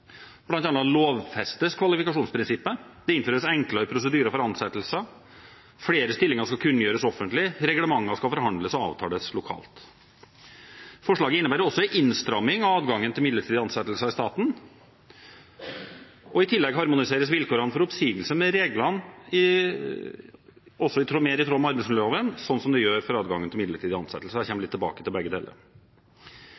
lovfestes kvalifikasjonsprinsippet. Det innføres enklere prosedyrer for ansettelser. Flere stillinger skal kunngjøres offentlig. Reglementer skal forhandles og avtales lokalt. Forslaget innebærer også en innstramming av adgangen til midlertidige ansettelser i staten. I tillegg harmoniseres vilkårene for oppsigelse med